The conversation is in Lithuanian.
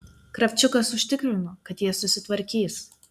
kravčiukas užtikrino kad jie susitvarkys